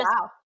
wow